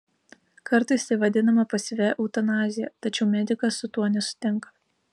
kartais tai vadinama pasyvia eutanazija tačiau medikas su tuo nesutinka